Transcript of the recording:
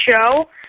show